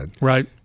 Right